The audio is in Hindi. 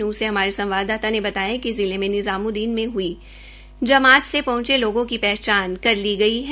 नूंह से हमारे संवाददाता ने बताया कि जिले में निज़ाम्द्दीन में हई जमात से पहंचे लोगों की पहचान कर ली गई है